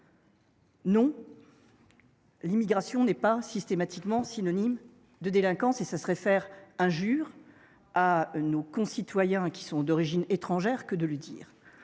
Non, l’immigration n’est pas systématiquement synonyme de délinquance. Ce serait faire injure à nos concitoyens d’origine étrangère que de le dire.